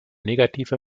negative